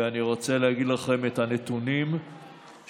ואני רוצה להגיד לכם את הנתונים שקיבלתי